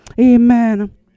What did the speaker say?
amen